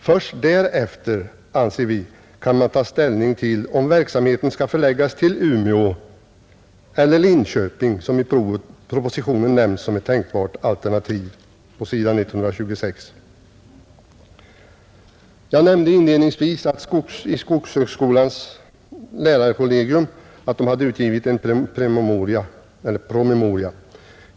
Först därefter, anser vi, kan man ta ställning till om verksamheten skall förläggas till Umeå — eller till Linköping som på s. 126 i propositionen nämns som ett tänkbart alternativ. Jag nämnde inledningsvis att skogshögskolans lärarkollegium utgivit en promemoria.